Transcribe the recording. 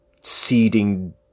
Seeding